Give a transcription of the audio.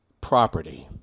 property